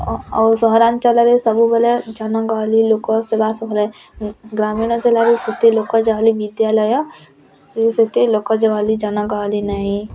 ଆଉ ସହରାଞ୍ଚଳରେ ସବୁବେଳେ ଜନଗହଳି ଲୋକ ସଦା ସମୟରେ ଗ୍ରାମୀଣ ଜିଲ୍ଲାରେ ସେତେ ଲୋକ ଚହଲି ବିଦ୍ୟାଳୟ ସେତେ ଲୋକ ଚହଲି ଜନଗହଳି ନାହିଁ